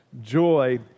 joy